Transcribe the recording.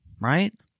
right